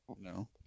No